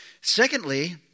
Secondly